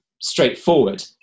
straightforward